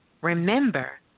remember